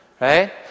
right